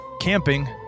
camping